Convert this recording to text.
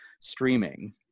streaming